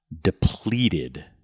depleted